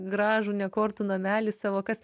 gražų ne kortų namelį savo kas